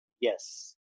yes